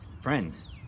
friends